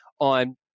on